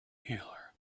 healer